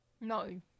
No